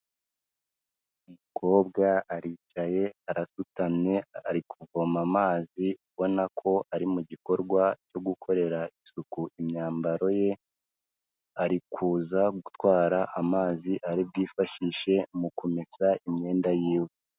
Umukobwa aricaye arasutamye ari kuvoma amazi ubona ko ari mu gikorwa cyo gukorera isuku imyambaro ye, ari kuza gutwara amazi aribwifashishe mu kumesa imyenda yiwe.